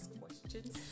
questions